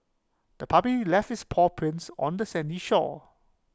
the puppy left its paw prints on the sandy shore